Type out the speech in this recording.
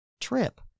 trip